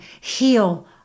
Heal